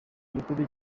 gikuru